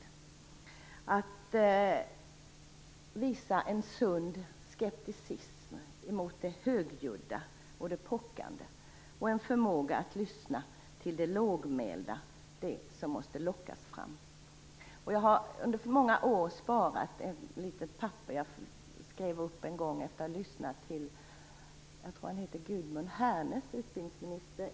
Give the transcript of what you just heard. De skall kunna visa en sund skepticism mot det högljudda och det pockande och få en förmåga att lyssna till det lågmälda - det som måste lockas fram. Under många år har jag sparat ett litet papper med något jag skrev upp en gång efter att ha lyssnat till Norge.